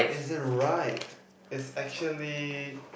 isn't right is actually